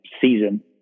season